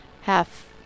half